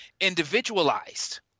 individualized